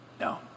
No